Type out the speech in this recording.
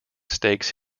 stakes